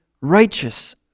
righteous